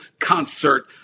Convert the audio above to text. concert